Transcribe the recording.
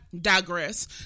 digress